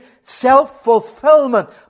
self-fulfillment